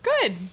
Good